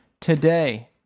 today